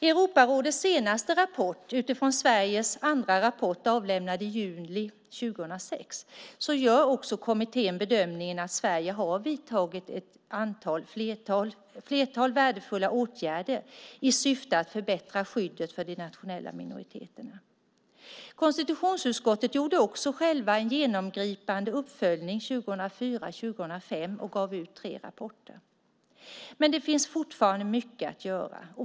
I Europarådets senaste rapport utifrån Sveriges andra rapport, avlämnad i juli 2006, gör kommittén bedömningen att Sverige har vidtagit ett flertal värdefulla åtgärder i syfte att förbättra skyddet för de nationella minoriteterna. Konstitutionsutskottet gjorde också självt en genomgripande uppföljning 2004-2005 och gav ut tre rapporter. Men det finns fortfarande mycket att göra.